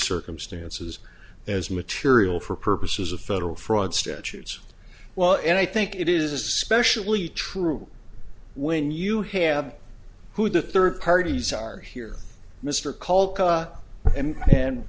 circumstances as material for purposes of federal fraud statutes well and i think it is especially true when you have who the third parties are here mr called and